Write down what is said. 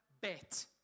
bet